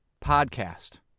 podcast